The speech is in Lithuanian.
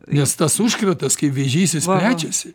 nes tas užkratas kaip vėžys jis plečiasi